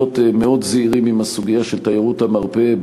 מאוד זהירים בסוגיה של תיירות המרפא.